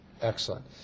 Excellent